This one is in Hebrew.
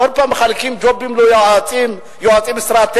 וכל פעם מחלקים ג'ובים ליועצים אסטרטגיים,